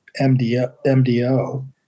MDO